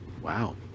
Wow